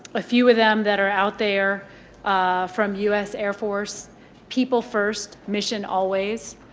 a few of them that are out there from u s. air force people first, mission always.